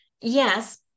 yes